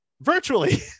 virtually